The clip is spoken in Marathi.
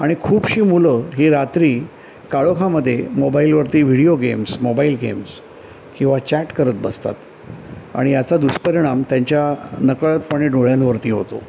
आणि खूपशी मुलं ही रात्री काळोखामधे मोबाईलवरती व्हिडिओ गेम्स मोबाईल गेम्स किंवा चॅट करत बसतात आणि याचा दुष्परिणाम त्यांच्या नकळतपणे डोळ्यांवरती होतो